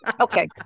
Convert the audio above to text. okay